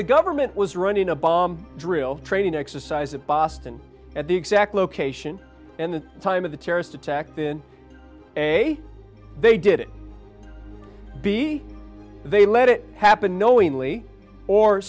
the government was running a bomb drill training exercise of boston at the exact location and time of the terrorist attack in a they did it be they let it happen knowingly or